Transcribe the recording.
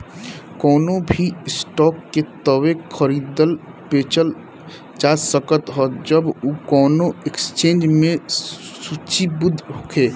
कवनो भी स्टॉक के तबे खरीदल बेचल जा सकत ह जब उ कवनो एक्सचेंज में सूचीबद्ध होखे